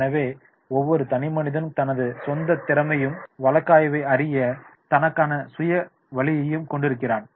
எனவே ஒவ்வொரு தனிமனிதனும் தனது சொந்த திறமையையும் வழக்காய்வை அறிய தனக்கான சுய வழியையும் கொண்டிருக்கிறான்